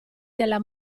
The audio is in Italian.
della